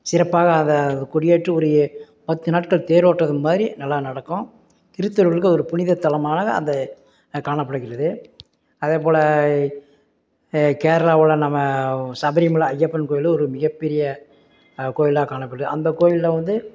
சிறப்பாக அதை கொடி ஏற்றி ஒரு பத்து நாட்கள் தேரோட்டம் மாதிரி நல்லா நடக்கும் கிறித்தவர்களுக்கு ஒரு புனித தலமாக அது காணப்படுகிறது அதேபோல் கேரளாவில் நம்ம சபரிமலை ஐயப்பன் கோவிலு ஒரு மிகப்பெரிய கோவிலா காணப்படுது அந்த கோவில்ல வந்து